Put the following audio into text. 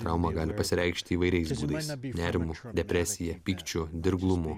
trauma gali pasireikšti įvairiais būdais nerimu depresija pykčiu dirglumu